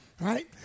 Right